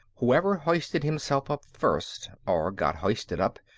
whoever hoisted himself up first or got hoisted up,